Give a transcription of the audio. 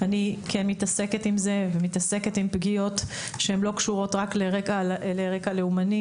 אני כן מתעסקת עם זה ומתעסקת עם פגיעות שהן לא קשורות רק לרקע לאומני.